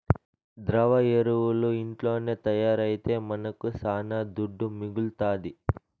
ద్రవ ఎరువులు ఇంట్లోనే తయారైతే మనకు శానా దుడ్డు మిగలుతాది